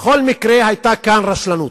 בכל מקרה, היתה כאן רשלנות.